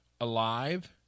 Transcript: alive